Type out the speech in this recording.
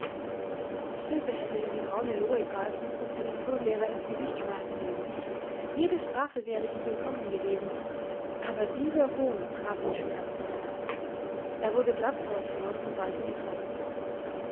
stilpe hätte in die braune lohe greifen und sie dem turnlehrer ins gesicht schmeißen mögen jede strafe wäre ihm willkommen gewesen aber dieser hohn traf ihn schmerzlich er wurde blaß vor zorn und ballte die fäuste